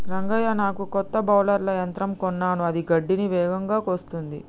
రంగయ్య నాకు కొత్త బౌలర్ల యంత్రం కొన్నాను అది గడ్డిని వేగంగా కోస్తుంది